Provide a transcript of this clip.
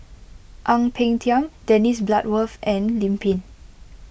Ang Peng Tiam Dennis Bloodworth and Lim Pin